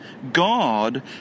God